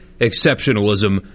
exceptionalism